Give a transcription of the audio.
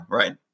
right